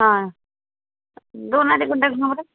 ହଁ ଦେଉ ନାହାନ୍ତି କଣ୍ଟାକ୍ଟ୍ ନମ୍ବର୍